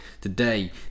Today